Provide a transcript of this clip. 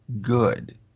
good